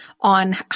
on